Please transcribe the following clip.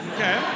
Okay